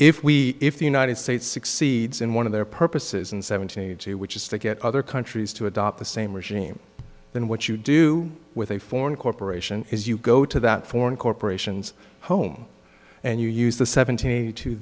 if we if the united states succeeds in one of their purposes in seventy two which is to get other countries to adopt the same regime then what you do with a foreign corporation is you go to that foreign corporations home and you use the sevent